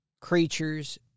creatures